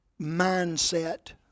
mindset